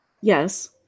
Yes